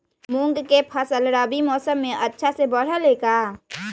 मूंग के फसल रबी मौसम में अच्छा से बढ़ ले का?